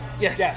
yes